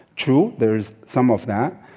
true, there is some of that.